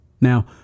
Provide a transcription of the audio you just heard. Now